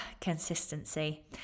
consistency